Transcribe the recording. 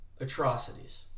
atrocities